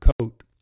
coat